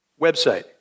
website